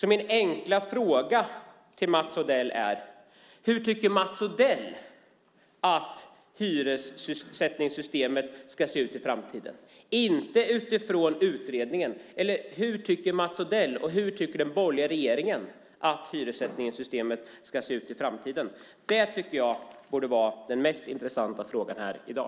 Min enkla fråga till Mats Odell är: Hur tycker Mats Odell att hyressättningssystemet ska se ut i framtiden - inte utifrån utredningen? Och hur tycker den borgerliga regeringen att hyressättningssystemet ska se ut i framtiden? Det tycker jag borde vara de mest intressanta frågorna här i dag.